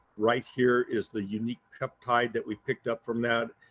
right here is the unique peptide that we picked up from that.